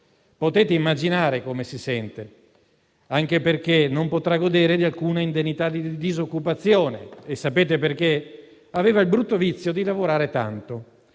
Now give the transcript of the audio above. Potete immaginare come si senta anche perché non potrà godere di alcuna indennità di disoccupazione. Sapete perché? Aveva il brutto vizio di lavorare tanto